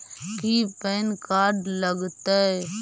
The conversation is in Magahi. की पैन कार्ड लग तै?